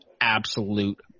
absolute